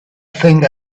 think